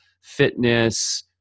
fitness